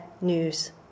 news